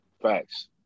Facts